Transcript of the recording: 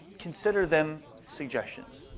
consider them suggestions.